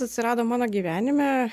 atsirado mano gyvenime